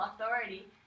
authority